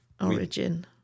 origin